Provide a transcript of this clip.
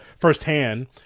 firsthand